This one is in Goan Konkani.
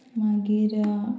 मागीर